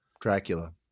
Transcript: Dracula